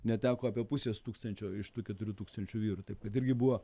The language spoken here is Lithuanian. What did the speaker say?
neteko apie pusės tūkstančio iš tų keturių tūkstančių vyrų taip kad irgi buvo